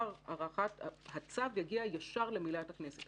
אלא הצו יגיע ישר למליאת הכנסת.